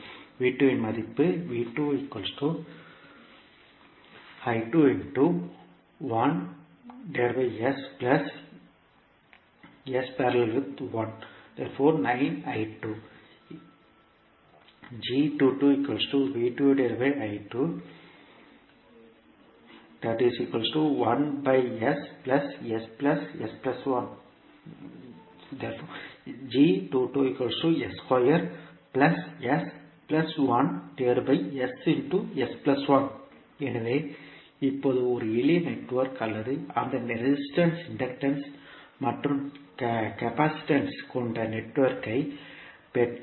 V2 இன் மதிப்பு எனவே இப்போது இது ஒரு எளிய நெட்வொர்க் அல்லது அந்த ரெசிஸ்டன்ஸ் இன்டக்டன்ஸ் மற்றும் கெபாசிட்டன்ஸ் கொண்ட நெட்வொர்க் ஐ பெற்றால்